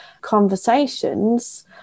conversations